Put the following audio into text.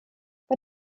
bei